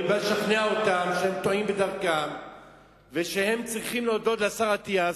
אני בא לשכנע אותם שהם טועים בדרכם ושהם צריכים להודות לשר אטיאס,